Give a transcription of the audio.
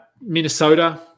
Minnesota